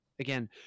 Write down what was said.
Again